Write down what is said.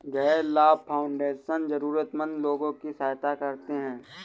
गैर लाभ फाउंडेशन जरूरतमन्द लोगों की सहायता करते हैं